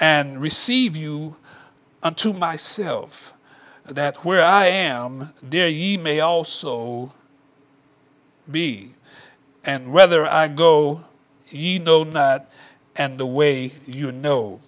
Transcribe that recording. and receive you unto myself that where i am there ye may also be and whether i go you know now and the way you know